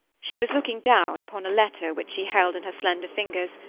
she was looking down upon a letter which she held in her slender fingers,